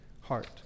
heart